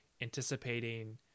anticipating